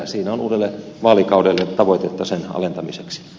siinä on uudelle vaalikaudelle tavoitetta sen alentamiseksi